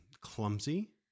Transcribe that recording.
clumsy